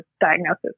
diagnosis